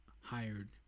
hired